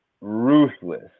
ruthless